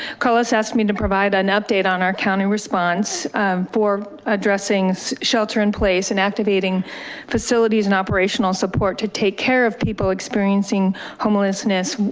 carlos asked me to provide an update on our county response for addressing shelter in place and activating facilities and operational support to take care of people experiencing homelessness.